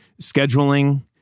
scheduling